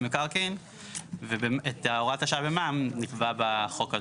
מקרקעין ואת הוראת השעה במע"מ נקבע בחוק הזה.